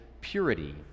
purity